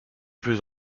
plus